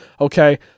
okay